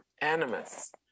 animus